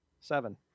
seven